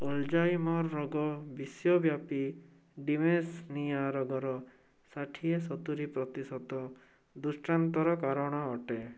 Alzheimer ରୋଗ ବିଶ୍ୱବ୍ୟାପୀ dementia ରୋଗର ଷାଠିଏ ସତୁରୀ ପ୍ରତିଶତ ଦୃଷ୍ଟାନ୍ତର କାରଣ ଅଟେ